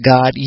God